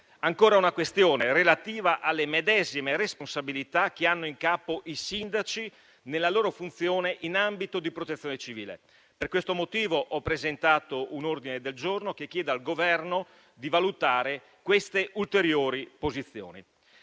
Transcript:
ancora una questione, relativa alle medesime responsabilità in capo ai sindaci nella loro funzione in ambito di protezione civile. Per questo motivo ho presentato un ordine del giorno che chiede al Governo di valutare queste ulteriori posizioni.